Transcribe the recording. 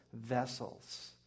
vessels